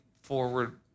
forward